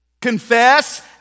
Confess